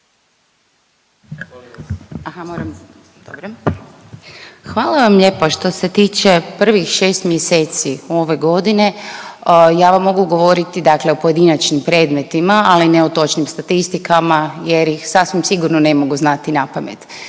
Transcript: Hvala vam lijepo. Što se tiče prvih 6 mjeseci ove godine, ja vam mogu govoriti dakle o pojedinačnim predmetima, ali ne o točnim statistikama jer ih sasvim sigurno ne mogu znati napamet,